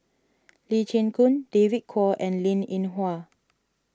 Lee Chin Koon David Kwo and Linn in Hua